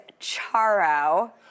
Charo